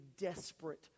desperate